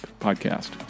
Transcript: Podcast